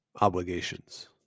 obligations